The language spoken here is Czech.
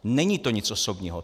Není to nic osobního.